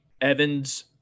Evans